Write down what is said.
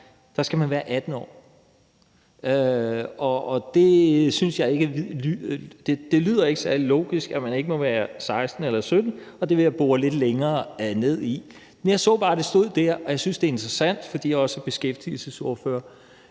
skal man være 18 år. Det synes jeg ikke lyder særlig logisk, altså at man ikke må være 16 eller 17 år, og det vil jeg bore lidt længere ned i. Jeg så bare, det stod der, og jeg synes, det er interessant, fordi jeg også er beskæftigelsesordfører.